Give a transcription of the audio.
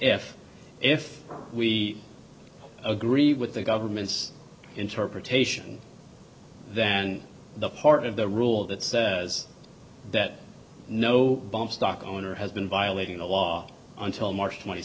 if if we agree with the government's interpretation then the part of the rule that says that no bomb stock owner has been violating the law until march twenty